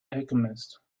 alchemist